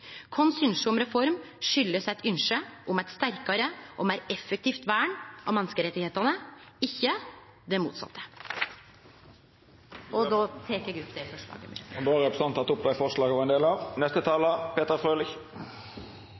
Vårt ynske om reform kjem av eit ynske om eit sterkare og meir effektivt vern av menneskerettane, ikkje det motsette. Eg tek opp forslaget frå Arbeidarpartiet. Representanten Lene Vågslid har teke opp forslaget ho